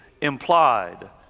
implied